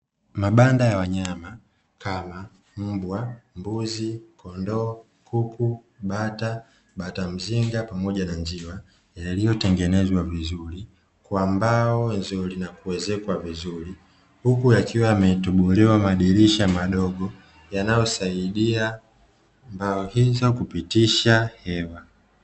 Mabanda ya wanyama kama mbwa, mbuzi, kondoo, kuku, bata, bata mzinga, pamoja na njiwa yaliyotengenezwa vizuri kwa mbao nzuri na kuezekwa vizuri. Huku yakiwa yametobolewa madirisha madogo yanayosaidia mbao hizo kupitisha hewa.